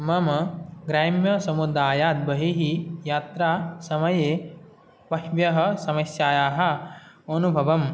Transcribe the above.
मम ग्राम्यसमुदायात् बहिः यात्रा समये बह्व्यः समस्यायाः अनुभवं